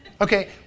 Okay